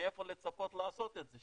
מאיפה לצפות לעשות את זה?